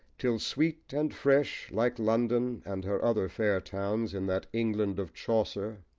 still sweet and fresh, like london and her other fair towns in that england of chaucer,